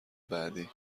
بعدی